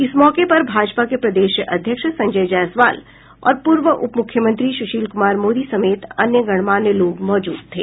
इस मौके पर भाजपा के प्रदेश अध्यक्ष संजय जायसवाल और पूर्व उपमुख्यमंत्री सुशील कुमार मोदी समेत अन्य गणमान्य लोग मौजूद थे